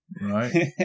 right